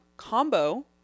combo